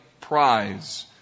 prize